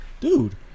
dude